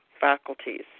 faculties